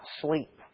sleep